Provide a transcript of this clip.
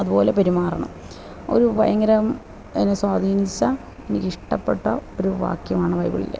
അതുപോലെ പെരുമാറണം ഒരു ഭയങ്കരം എന്നെ സ്വാധീനിച്ച എനിക്ക് ഇഷ്ടപ്പെട്ട ഒരു വാക്യമാണ് ബൈബിളിലെ